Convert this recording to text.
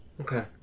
Okay